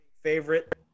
favorite